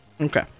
Okay